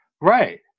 Right